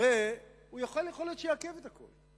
הרי יכול להיות שהוא יעכב את הכול,